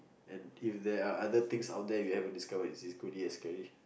and if there are other things out there you haven't discovered it's equally as scary